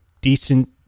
decent